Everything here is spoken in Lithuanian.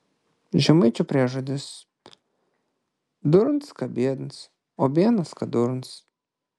žemaičių priežodis durns ką biednas o biednas ką durns